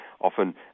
often